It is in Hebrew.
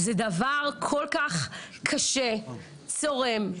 זה דבר כל כך קשה, צורם.